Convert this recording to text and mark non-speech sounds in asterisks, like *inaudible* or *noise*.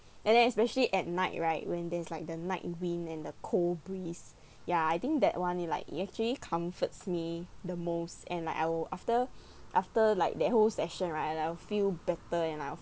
and then especially at night right when there's like the night wind and the cold breeze *breath* ya I think that [one] it like it actually comforts me the most and like I'll after *breath* after like that whole session right like I'll feel better enough